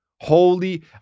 Holy